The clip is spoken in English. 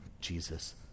Jesus